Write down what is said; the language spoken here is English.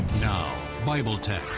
now, bible tech,